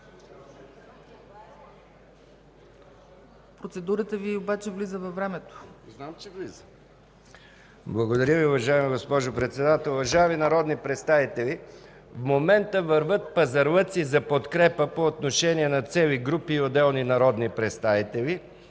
Процедурата Ви обаче влиза във времето. МИХАИЛ МИКОВ (БСП ЛБ): Знам, че влиза. Благодаря Ви, уважаема госпожо Председател. Уважаеми народни представители, в момента вървят пазарлъци за подкрепа по отношение на цели групи и отделни народни представители.